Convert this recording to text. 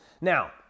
Now